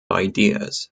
ideas